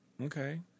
Okay